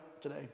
today